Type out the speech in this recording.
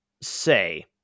say